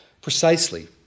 Precisely